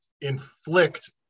inflict